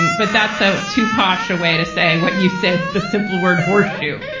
but that's so too posh a way to say what you say. the simple word horse shoe.